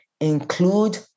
include